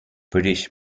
british